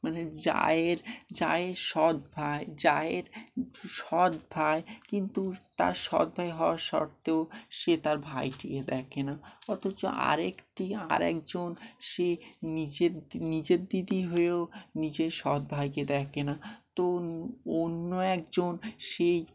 মানে যায়ের যায়ের সৎ ভাই যায়ের সৎ ভাই কিন্তু তার সৎ ভাই হওয়ার সর্ত্বেও সে তার ভাই টিকে দেখে না অথচ আরেকটি আর একজন সে নিজের নিজের দিদি হয়েও নিজের সৎ ভাইকে দেখে না তো অন্য একজন সেই